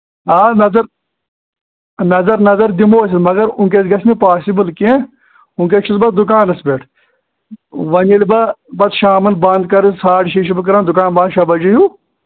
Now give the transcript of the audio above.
آ نظر نظر نظر دِمو أسۍ مگر وٕںۍکٮ۪س گَژھِ نہٕ پاسِبٕل کیٚنٛہہ وٕںۍکٮ۪س چھُس بہٕ دُکانَس پٮ۪ٹھ وۄنۍ ییٚلہِ بہٕ پَتہٕ شامَن بنٛد کَرٕ ساڑٕ شیٚیہِ چھُ بہٕ کَران دُکان بنٛد شےٚ بَجے ہیوٗ